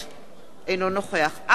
אינו נוכח אחמד טיבי,